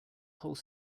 whole